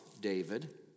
David